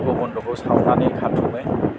गगन्दखौ सावनानै खाथुमो